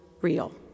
real